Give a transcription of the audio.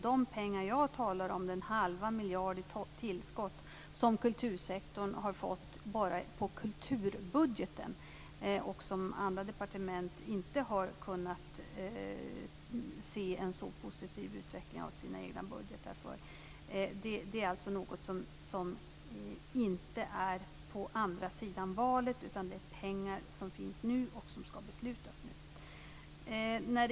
De pengar jag talar om, den halva miljard som kultursektorn fått i tillskott bara på kulturbudgeten, ligger alltså inte på andra sidan valet, utan det är pengar riksdagen skall besluta om nu. Andra departement har inte kunnat se en så positiv utveckling för sina budgetar.